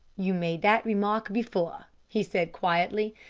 you made that remark before, he said quietly.